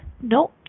no